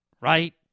right